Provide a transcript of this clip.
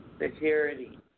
Security